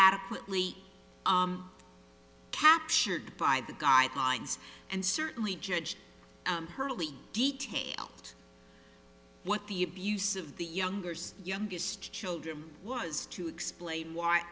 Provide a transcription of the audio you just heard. adequately captured by the guidelines and certainly judge hurley detailed what the abuse of the youngers youngest children was to explain why